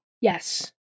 yes